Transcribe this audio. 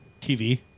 tv